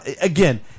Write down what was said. Again